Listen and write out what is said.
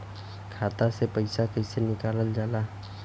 खाता से पैसा कइसे निकालल जाला?